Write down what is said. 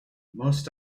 most